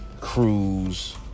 Cruise